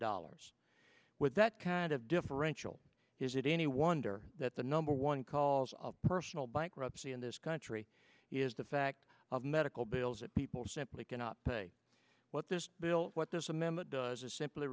dollars with that kind of differential is it any wonder that the number one cause of personal bankruptcy in this country is the fact of medical bills that people simply cannot pay what this bill what this amendment does is simply